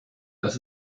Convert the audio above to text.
das